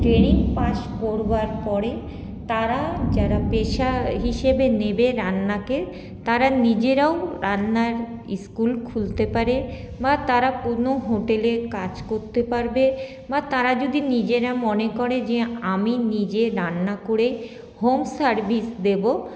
training পাশ করবার পরে তারা যারা পেশা হিসেবে নেবে রান্নাকে তারা নিজেরাও রান্নার স্কুল খুলতে পারে বা তারা কোনো হোটেলে কাজ করতে পারবে বা তারা যদি নিজেরা মনে করে যে আমি নিজে রান্না করে হোম সার্ভিস দেবো